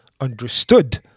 understood